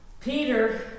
Peter